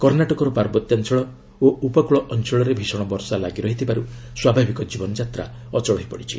କର୍ଷ୍ଣାଟକର ପାର୍ବତ୍ୟାଞ୍ଚଳ ଓ ଉପକୃଳ ଅଞ୍ଚଳରେ ଭିଷଣ ବର୍ଷା ଲାଗି ରହିଥିବାରୁ ସ୍ୱାଭାବିକ ଜୀବନଯାତ୍ରା ଅଚଳ ହୋଇଛି